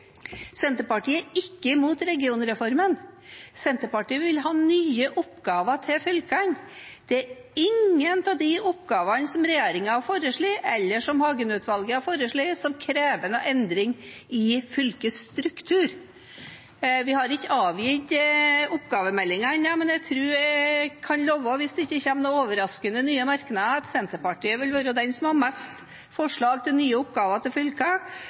Senterpartiet er ikke imot regionreformen. Senterpartiet vil ha nye oppgaver til fylkene. Det er ingen av de oppgavene som regjeringen har foreslått, eller som Hagen-utvalget har foreslått, som krever en endring av fylkesstrukturen. Vi har ikke avgitt oppgavemeldingen ennå, men jeg tror jeg kan love – hvis det ikke kommer noen overraskende, nye merknader – at Senterpartiet vil være den som har flest forslag til nye oppgaver til fylkene, og det er dagens fylker